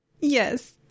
Yes